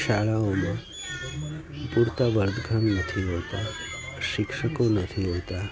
શાળાઓમાં પૂરતા વર્ગખંડ નથી હોતા શિક્ષકો નથી હોતા